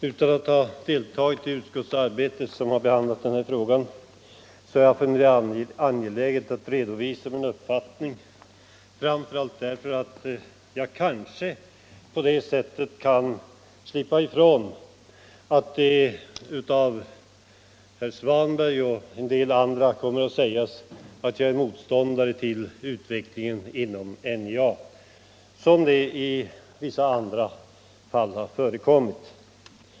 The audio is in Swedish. Utan att ha deltagit i utskottsbehandlingen av denna fråga har jag ändå funnit det angeläget att redovisa min uppfattning, framför allt därför att jag kanske på det sättet kan undgå att från herr Svanberg och en del andra ledamöter få höra att jag är motståndare till utvecklingen inom NJA, såsom man i vissa andra sammanhang har påstått.